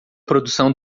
produção